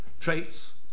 traits